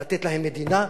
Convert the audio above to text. לתת להם מדינה.